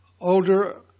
older